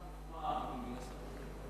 מבחן דוגמה,